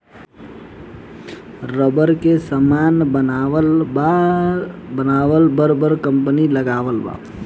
rubber से समान बनावे ला बर बर कंपनी लगावल बा